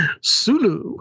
Sulu